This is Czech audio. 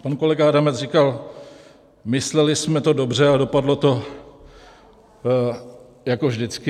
Pan kolega Adamec říkal: mysleli jsme to dobře, ale dopadlo to jako vždycky.